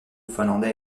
finlandais